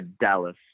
Dallas